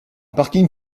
parking